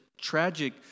tragic